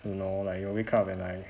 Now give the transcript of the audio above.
you know like you wake up at night